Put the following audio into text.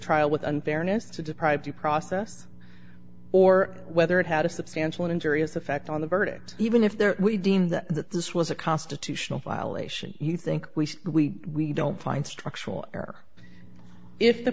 trial with unfairness to deprive due process or whether it had a substantial injurious effect on the verdict even if there we deemed that this was a constitutional violation you think we should we don't find structural air if the